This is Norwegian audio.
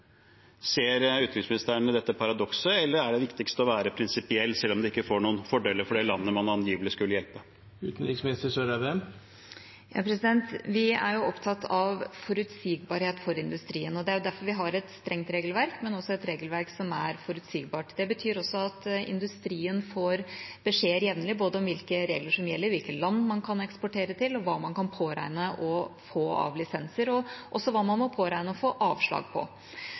Ser utenriksministeren dette paradokset, eller er det viktigste å være prinsipiell, selv om det ikke får noen fordeler for det landet man angivelig skulle hjelpe? Vi er opptatt av forutsigbarhet for industrien. Det er derfor vi har et strengt regelverk som også er forutsigbart. Det betyr at industrien får beskjeder jevnlig om både hvilke regler som gjelder, hvilke land man kan eksportere til, hva man kan påregne å få av lisenser, og også hva man på påregne å få avslag på.